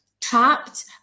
trapped